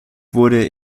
wurde